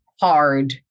hard